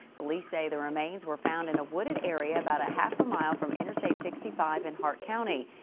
police say the remains were found in a wooded area. about a half mile from interstate sixty five in hart county.